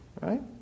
right